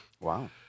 Wow